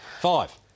Five